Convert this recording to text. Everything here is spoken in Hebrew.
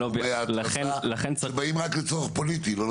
הם באים רק לצורך פוליטי.